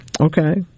Okay